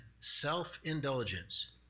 self-indulgence